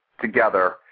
together